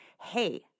hey